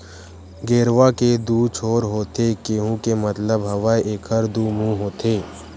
गेरवा के दू छोर होथे केहे के मतलब हवय एखर दू मुहूँ होथे